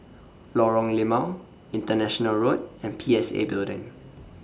Lorong Limau International Road and P S A Building